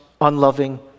unloving